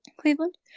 Cleveland